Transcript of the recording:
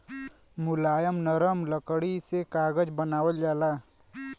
मुलायम नरम लकड़ी से कागज बनावल जाला